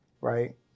right